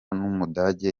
n’umugande